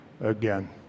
again